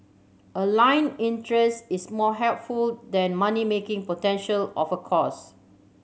aligned interest is more helpful than money making potential of a course